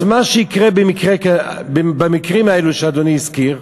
אז מה שיקרה במקרים האלו שאדוני הזכיר,